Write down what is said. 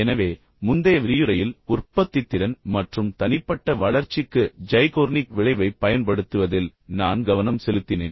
எனவே முந்தைய விரியுரையில் உற்பத்தித்திறன் மற்றும் தனிப்பட்ட வளர்ச்சிக்கு ஜைகோர்னிக் விளைவைப் பயன்படுத்துவதில் நான் கவனம் செலுத்தினேன்